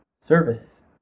service